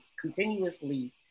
continuously